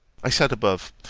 i said above,